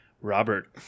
Robert